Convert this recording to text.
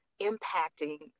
impacting